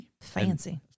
fancy